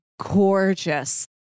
gorgeous